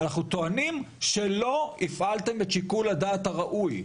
ואנחנו טוענים שלא הפעלתם את שיקול הדעת הראוי.